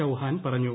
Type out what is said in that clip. ചൌഹാൻ പറഞ്ഞു